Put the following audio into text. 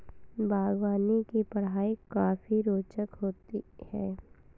बागवानी की पढ़ाई काफी रोचक होती है